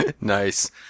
Nice